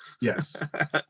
Yes